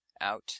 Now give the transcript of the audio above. out